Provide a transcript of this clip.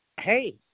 hey